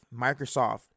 Microsoft